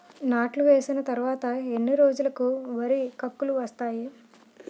నాట్లు వేసిన తర్వాత ఎన్ని రోజులకు వరి కంకులు వస్తాయి?